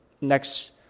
next